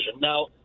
Now